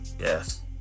Yes